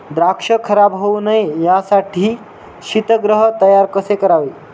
द्राक्ष खराब होऊ नये यासाठी शीतगृह तयार कसे करावे?